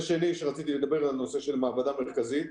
נושא שני שרציתי לדבר עליו, נושא של מעבדה מרכזית.